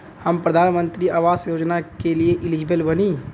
हम प्रधानमंत्री आवास योजना के लिए एलिजिबल बनी?